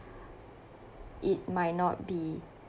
it might not be